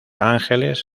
ángeles